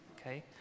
okay